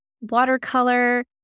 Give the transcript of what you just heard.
watercolor